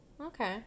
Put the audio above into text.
okay